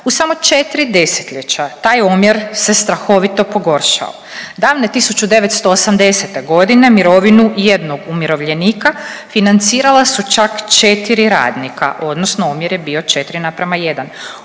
U samo 4 desetljeća taj omjer se strahovito pogoršao. Davne 1980. godine mirovinu jednog umirovljenika financirala su čak četiri radnika, odnosno omjer je bio 4:1. U ovom